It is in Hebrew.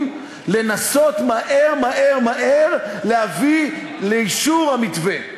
לנסות מהר מהר מהר להביא לאישור המתווה.